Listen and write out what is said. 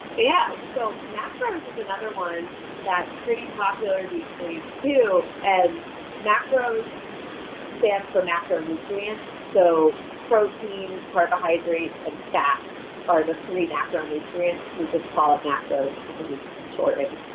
yeah. so, macros is another one that's pretty popular these days too, and macros stands for macronutrients, so, protein, carbohydrates and fat are the three macronutrients. we just call it macros because it's shortened.